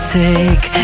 take